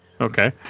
Okay